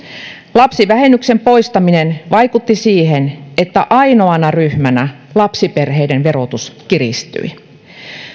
lapsivähennyksen poistaminen vaikutti siihen että ainoana ryhmänä lapsiperheiden verotus kiristyi